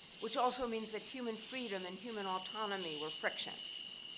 which also means that human freedom and human autonomy were friction.